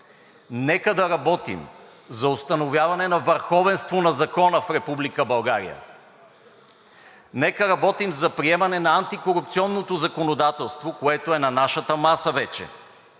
нека да работим за установяване на върховенство на закона в Република България, нека работим за приемане на антикорупционното законодателство, което е вече на нашата маса,